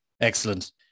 Excellent